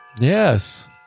Yes